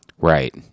right